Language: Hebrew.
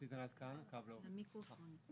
(ד)